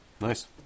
Nice